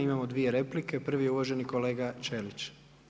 Imamo dvije replike, prvi je uvaženi kolega Ćelić.